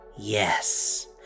Yes